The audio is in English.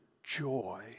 joy